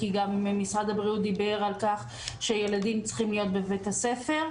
כי גם משרד הבריאות דיבר על כך שילדים צריכים להיות בבית הספר.